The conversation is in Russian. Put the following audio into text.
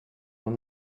нам